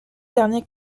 derniers